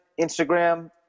instagram